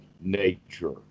nature